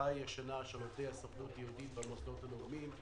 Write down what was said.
הקופה הישנה של עובדי הסוכנות היהודית והמוסדות הלאומיים.